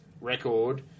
record